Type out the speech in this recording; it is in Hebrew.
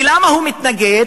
ולמה הוא מתנגד?